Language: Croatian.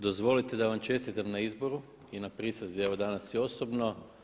Dozvolite da vam čestitam na izboru i na prisezi evo danas i osobno.